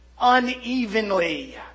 unevenly